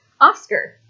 Oscar